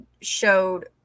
showed